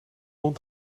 hond